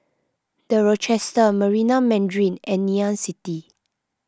the Rochester Marina Mandarin and Ngee Ann City